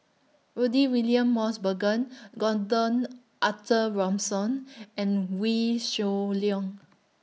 Rudy William Mosbergen Gordon Arthur Ransome and Wee Shoo Leong